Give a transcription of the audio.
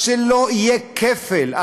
לא יהיה כפל,